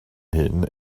hyn